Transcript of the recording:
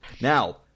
now